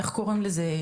איך קוראים לזה,